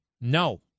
No